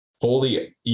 fully